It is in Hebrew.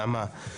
ונעמה,